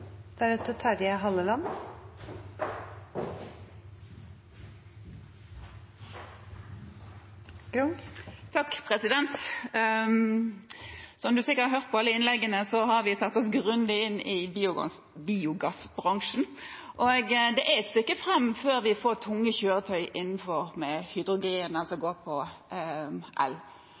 Som man sikkert har hørt av alle innleggene, har vi satt oss grundig inn i biogassbransjen. Det er et stykke fram før vi får tunge kjøretøy innenfor, med hydrogen og med det å gå på el.